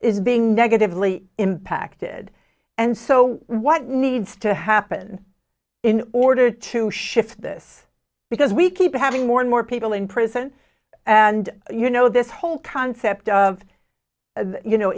is being negatively impacted and so what needs to happen in order to shift this because we keep having more and more people in prison and you know this whole concept of you know